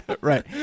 right